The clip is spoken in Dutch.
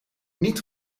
niet